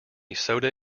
soda